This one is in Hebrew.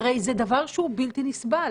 זה דבר בלתי נסבל,